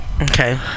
okay